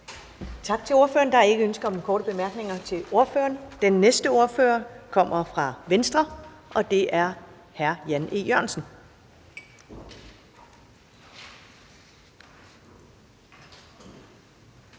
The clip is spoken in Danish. Tak til ordføreren. Der er ikke ønsker om korte bemærkninger til ordføreren. Den næste ordfører kommer fra Venstre, og det er hr. Jan E. Jørgensen.